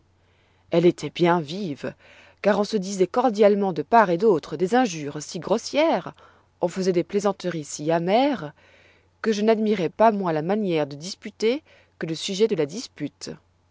elle étoit bien vive car on se disoit cordialement de part et d'autre des injures si grossières on faisoit des plaisanteries si amères que je n'admirois pas moins la manière de disputer que le sujet de la dispute